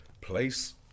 Place